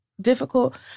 difficult